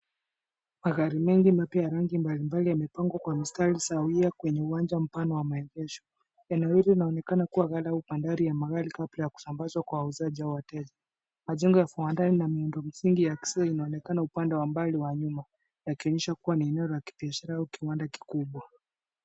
Magari mengi mapya ya rangi mbalimbali yamepangwa kwa mstari sawia kwenye uwanja mpana wa maegesho. Eneo hili linaonekana kuwa ghala au bandari ya magari mapya ya kusambazwa kwa wauzaji au wateja. Majengo ya viwandani na miundo msingi ya kisasa inaonekana upande wa mbali wa nyuma, yakionyesha kuwa ni eneo la kibiashara au kiwanda kikubwa.